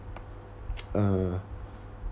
uh